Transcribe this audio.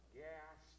gas